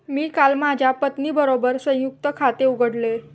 मी काल माझ्या पत्नीबरोबर संयुक्त खाते उघडले